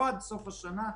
לא עד סוף השנה,